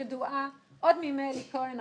ידועה עוד מימי אלי כהן,